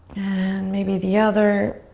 and maybe the other.